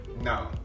No